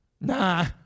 Nah